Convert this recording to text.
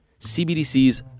CBDCs